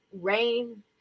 rain